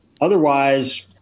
Otherwise